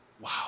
Wow